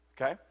okay